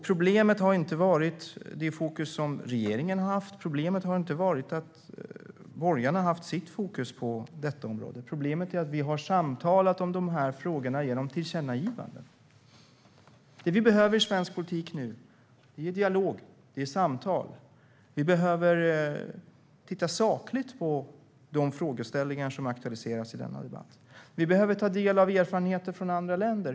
Problemet har inte varit regeringens eller borgarnas fokus på detta problem. Problemet är att vi har samtalat om dessa frågor genom tillkännagivanden. Det vi behöver i svensk politik är dialog och samtal. Vi behöver titta sakligt på de frågeställningar som har aktualiserats i debatten. Vi behöver ta del av erfarenheter i andra länder.